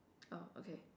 oh okay